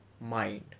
mind